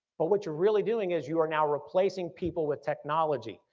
but what you're really doing is you are now replacing people with technology.